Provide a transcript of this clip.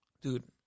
Dude